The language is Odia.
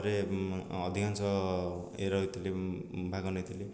ରେ ଅଧିକାଂଶ ଇଏ ରହିଥିଲି ଭାଗ ନେଇଥିଲି